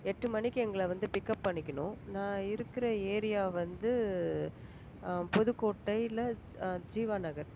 எட்டு மணிக்கு எங்களை வந்து பிக்கப் பண்ணிக்கிணும் நான் இருக்கிற ஏரியா வந்து புதுக்கோட்டையில் ஜீவா நகர்